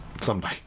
Someday